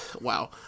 wow